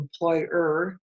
employer